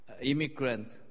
immigrant